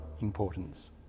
importance